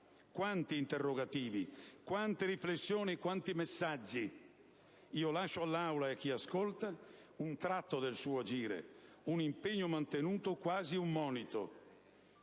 Quanti interrogativi, quante riflessioni, quanti messaggi! Lascio all'Aula e a chi ascolta un tratto del suo agire, un impegno mantenuto, quasi un monito,